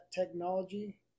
technology